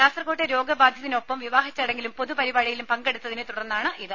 കാസർകോട്ടെ രോഗബാധിതനൊപ്പം വിവാഹച്ചടങ്ങിലും പൊതുപരിപാടിയിലും പങ്കെടുത്തതിനെ തുടർന്നാണിത്